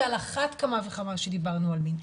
ועל אחת כמה וכמה כשדיברנו על מין.